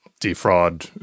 defraud